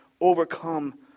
overcome